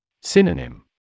Synonym